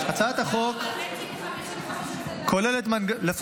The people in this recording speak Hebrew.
הצעת החוק כוללת מנגנון --- המצ'ינג 50:50 לדעתי